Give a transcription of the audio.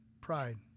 pride